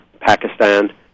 Pakistan